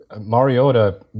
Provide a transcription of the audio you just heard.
Mariota